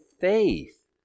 faith